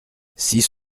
six